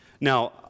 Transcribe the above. Now